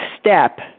step